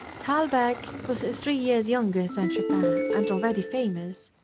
thalberg was three years younger than chopin and already famous.